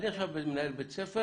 אני עכשיו מנהל בית ספר